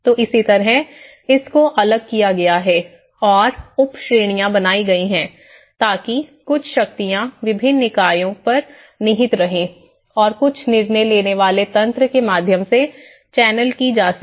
तो इसी तरह इस को अलग किया गया है और उप श्रेणियां बनाई गई हैं ताकि कुछ शक्तियां विभिन्न निकायों पर निहित रहें और कुछ निर्णय लेने वाले तंत्र के माध्यम से चैनल की जा सके